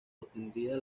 obtendría